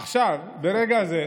עכשיו, ברגע זה,